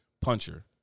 puncher